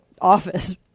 office